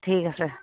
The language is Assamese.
ঠিক আছে